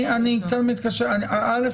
א',